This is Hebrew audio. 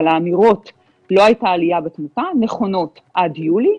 אבל האמירות לא הייתה עלייה בתמותה נכונות עד יולי.